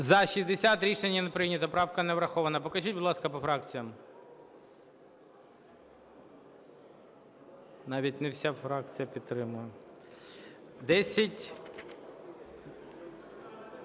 За-60 Рішення не прийнято. Правка не врахована. Покажіть, будь ласка, по фракціях. Навіть не вся фракція підтримала.